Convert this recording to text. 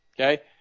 Okay